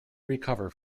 recover